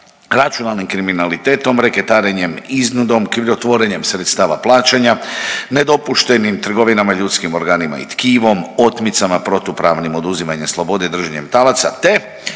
računalnim kriminalitetom, reketarenjem, iznudom, krivotvorenjem sredstava plaćanja, nedopuštenim trgovinama ljudskim organima i tkivom, otmicama, protupravnim oduzimanjem slobode i držanjem talaca, te